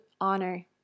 honor